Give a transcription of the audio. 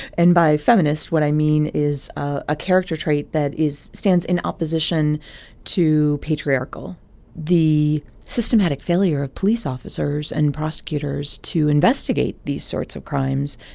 and by feminist, what i mean is a character trait that is stands in opposition to patriarchal the systematic failure of police officers and prosecutors to investigate these sorts of crimes.